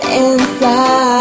inside